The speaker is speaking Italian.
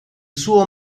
suo